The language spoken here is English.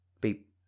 Beep